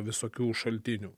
visokių šaltinių